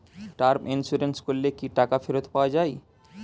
Term insurance করলে কি টাকা ফেরত পাওয়া যায়?